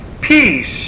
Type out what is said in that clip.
peace